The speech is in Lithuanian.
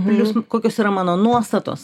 plius kokios yra mano nuostatos